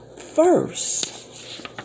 first